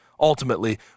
ultimately